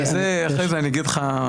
זה, אחרי זה אני אגיד לך.